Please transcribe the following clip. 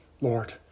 Lord